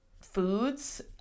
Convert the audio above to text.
foods